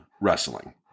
wrestling